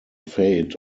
fate